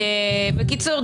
בקיצור,